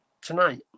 tonight